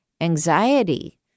Anxiety